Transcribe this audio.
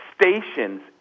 stations